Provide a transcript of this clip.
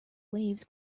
waves